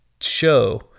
show